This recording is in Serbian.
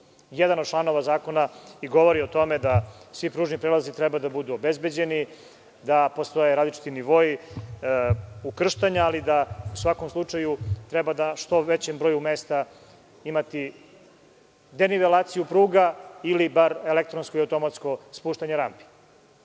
Jedan od članova zakona i govori o tome da svi pružni prelazi treba da budu obezbeđeni, da postoje različiti nivoi ukrštanja, ali da u svakom slučaju treba da na što većem broju mesta imati denivelaciju pruga ili bar elektronsko i automatsko spuštanje rampi. Hajde